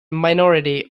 minority